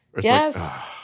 Yes